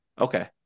Okay